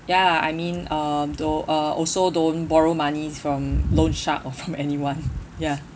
ya I mean um don't also don't borrow money from loan sharks or from anyone ya